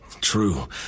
True